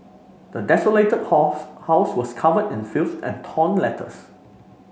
the desolated house house was covered in filth and torn letters